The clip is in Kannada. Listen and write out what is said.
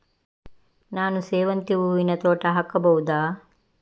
ನಾನು ಸೇವಂತಿ ಹೂವಿನ ತೋಟ ಹಾಕಬಹುದಾ?